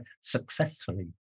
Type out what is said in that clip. successfully